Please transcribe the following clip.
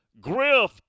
Griff